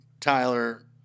Tyler